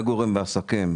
מגורים ועסקים,